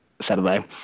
Saturday